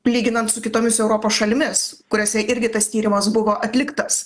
lyginant su kitomis europos šalimis kuriose irgi tas tyrimas buvo atliktas